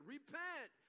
Repent